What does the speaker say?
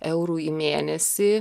eurų į mėnesį